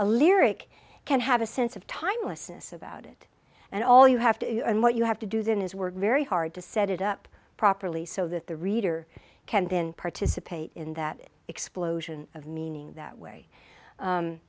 a lyric can have a sense of timelessness about it and all you have to and what you have to do then is work very hard to set it up properly so that the reader can then participate in that explosion of meaning that way